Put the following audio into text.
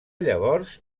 llavors